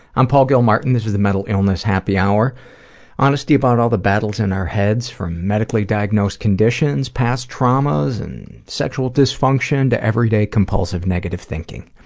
i'm paul gilmartin. this is the mental illness happy hour honesty about all the battles in our heads, from medically diagnosed conditions, past traumas, and sexual dysfunction to everyday compulsive, negative thinking.